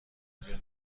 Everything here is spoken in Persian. درست